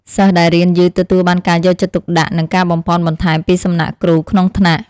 សិស្សដែលរៀនយឺតទទួលបានការយកចិត្តទុកដាក់និងការបំប៉នបន្ថែមពីសំណាក់គ្រូក្នុងថ្នាក់។